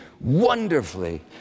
Wonderfully